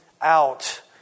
out